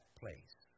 place